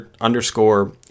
underscore